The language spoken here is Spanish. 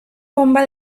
bomba